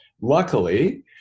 luckily